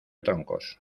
troncos